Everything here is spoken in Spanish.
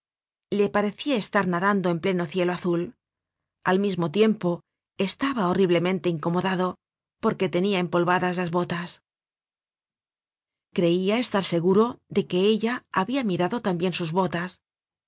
le parecia estar nadando en pleno cielo azul al mismo tiempo estaba horriblemente incomodado porque tenia empolvadas las botas creia estar seguro de que ella habia mirado tambien sus botas